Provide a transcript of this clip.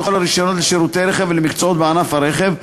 הרישיונות לשירותי רכב ולמקצועות בענף הרכב,